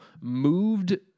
moved